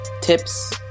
tips